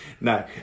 No